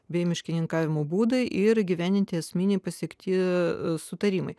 bei miškininkavimo būdai ir įgyvendinti esminiai pasiekti sutarimai